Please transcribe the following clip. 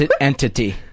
Entity